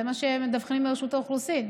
זה מה שמדווחים ברשות האוכלוסין.